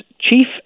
chief